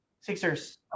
Sixers